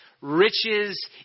riches